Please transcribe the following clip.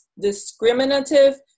discriminative